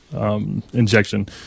injection